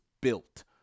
built